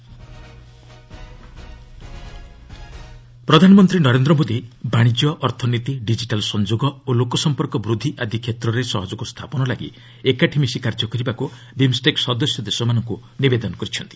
PM BIMSTEC ପ୍ରଧାନମନ୍ତ୍ରୀ ନରେନ୍ଦ୍ର ମୋଦି ବାଶିଜ୍ୟ ଅର୍ଥନୀତି ଡିଜିଟାଲ୍ ସଂଯୋଗ ଓ ଲୋକସମ୍ପର୍କ ବୃଦ୍ଧି ଆଦି କ୍ଷେତ୍ରରେ ସହଯୋଗ ସ୍ଥାପନ ଲାଗି ଏକାଠି ମିଶି କାର୍ଯ୍ୟ କରିବାକୁ ବିମ୍ଷେକ୍ ସଦସ୍ୟ ଦେଶମାନଙ୍କୁ ନିବେଦନ କରିଛନ୍ତି